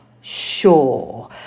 Sure